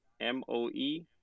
M-O-E